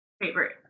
favorite